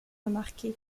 remarquer